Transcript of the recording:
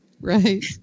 right